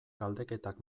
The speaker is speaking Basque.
galdeketak